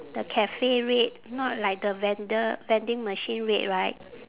the cafe red not like the vendor vending machine red right